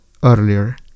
earlier